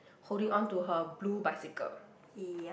holding onto her blue bicycle